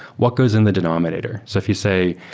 what goes in the denominator? so if you say,